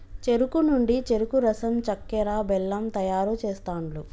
చెరుకు నుండి చెరుకు రసం చెక్కర, బెల్లం తయారు చేస్తాండ్లు